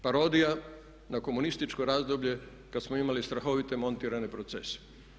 Parodija na komunističko razdoblje kad smo imali strahovite montirane procese.